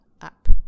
up